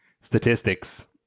statistics